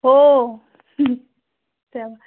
हो त्या